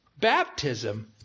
Baptism